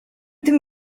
tym